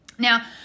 Now